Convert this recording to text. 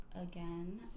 again